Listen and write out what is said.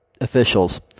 officials